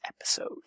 episode